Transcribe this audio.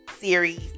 series